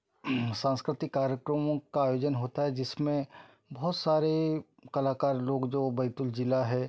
सांस्कृतिक कार्यक्रमों का आयोजन होता है जिसमें बहुत सारे कलाकार लोग जो बैतूल जिला है